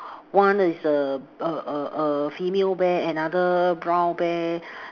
one is err a a a female bear another brown bear